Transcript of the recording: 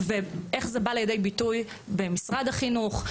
ואיך זה בא לידי ביטוי במשרד החינוך,